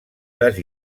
les